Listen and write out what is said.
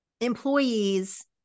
employees